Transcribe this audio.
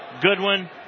Goodwin